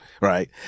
right